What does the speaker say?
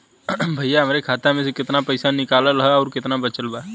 भईया हमरे खाता मे से कितना पइसा निकालल ह अउर कितना बचल बा?